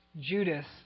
Judas